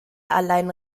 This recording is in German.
allein